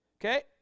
okay